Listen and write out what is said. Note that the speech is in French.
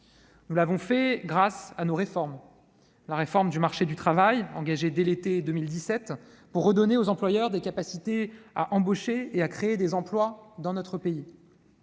Nous l'avons fait grâce à nos réformes, en particulier la réforme du marché du travail, engagée dès l'été 2017 pour redonner aux employeurs des capacités à embaucher et à créer des emplois dans notre pays.